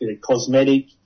cosmetic